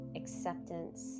acceptance